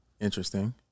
Interesting